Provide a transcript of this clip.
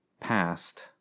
past